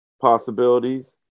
possibilities